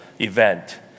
event